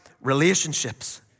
relationships